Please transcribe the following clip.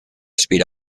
speed